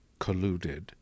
colluded